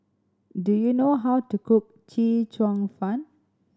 do you know how to cook Chee Cheong Fun